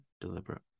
deliberate